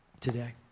today